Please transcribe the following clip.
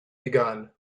begun